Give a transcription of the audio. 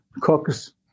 cooks